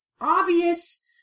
obvious